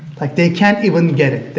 like they can't even get it.